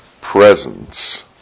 presence